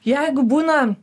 jeigu būna